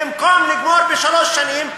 במקום לגמור בשלוש שנים,